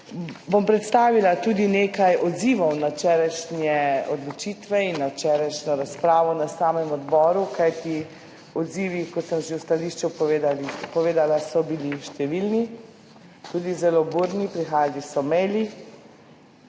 bom predstavila tudi nekaj odzivov na včerajšnje odločitve in na včerajšnjo razpravo na samem odboru, kajti odzivi, kot sem že v stališču povedala, so bili številni, tudi zelo burni. Prihajali so maili